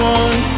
one